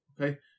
okay